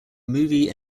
movie